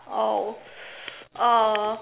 oh uh